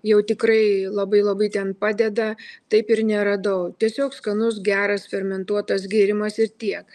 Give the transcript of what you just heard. jau tikrai labai labai ten padeda taip ir neradau tiesiog skanus geras fermentuotas gėrimas ir tiek